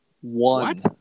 One